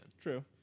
True